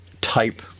type